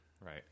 Right